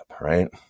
right